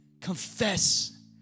confess